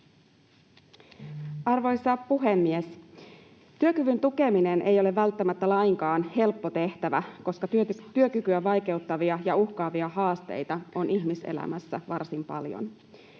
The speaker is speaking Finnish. Arvoisa puhemies! Työkyvyn tukeminen ei ole välttämättä lainkaan helppo tehtävä, koska työkykyä vaikeuttavia ja uhkaavia haasteita on ihmiselämässä varsin paljon.